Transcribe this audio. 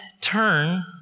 turn